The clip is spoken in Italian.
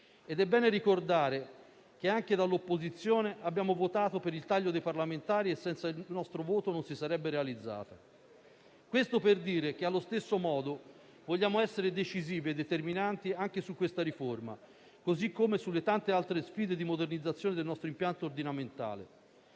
ed è bene ricordare che anche dall'opposizione abbiamo votato per il taglio dei parlamentari che senza il nostro voto non si sarebbe realizzato. Allo stesso modo, vogliamo essere decisivi e determinanti anche su questa riforma, così come sulle tante altre sfide di modernizzazione del nostro impianto ordinamentale.